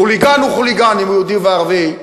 חוליגן הוא חוליגן, אם יהודי ואם ערבי,